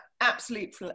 Absolute